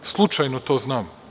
Slučajno to znam.